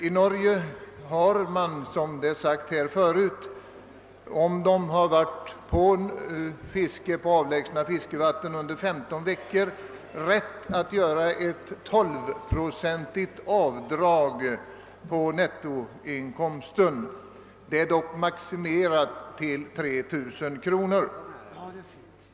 I Norge har fiskarna — som det har påpekats förut — om de har befunnit sig på avlägsna fiskevatten under minst 15 veckor rätt att göra ett tolvprocentigt avdrag på nettoinkomsten. Beloppet är dock maximerat till 3 000 kronor.